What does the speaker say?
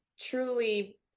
Truly